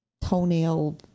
toenail